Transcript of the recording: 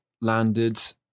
landed